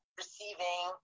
receiving